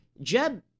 Jeb